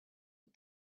but